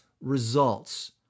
results